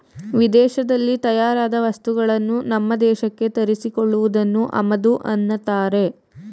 ವಿದೇಶದಲ್ಲಿ ತಯಾರಾದ ವಸ್ತುಗಳನ್ನು ನಮ್ಮ ದೇಶಕ್ಕೆ ತರಿಸಿ ಕೊಳ್ಳುವುದನ್ನು ಆಮದು ಅನ್ನತ್ತಾರೆ